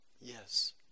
Yes